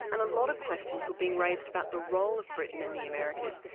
and a lot of questions were being raised about the role of britain in the americas,